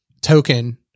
token